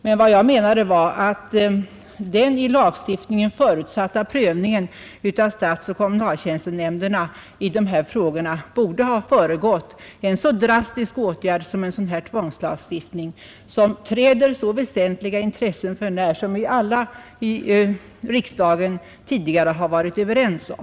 Men vad jag menade var, att den i lagstiftningen förutsatta prövningen genom statsoch kommunaltjänstenämnderna i dessa frågor borde ha föregått en så drastisk åtgärd som en sådan här tvångslagstiftning vilken träder så väsentliga intressen för nära, något som vi alla i riksdagen tidigare har varit överens om.